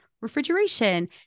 refrigeration